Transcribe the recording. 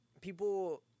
People